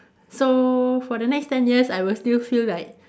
so for the next ten years I will still feel like